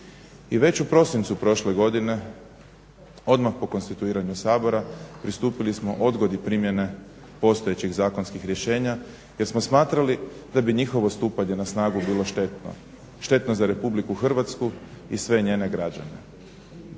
I već u prosincu prošle godine odmah po konstituiranju Sabora pristupili smo odgodi primjene postojećih zakonskih rješenja jer smo smatrali da bi njihovo stupanje na snagu bilo štetno. Štetno za RH i sve njene građane.